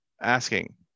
asking